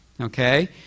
Okay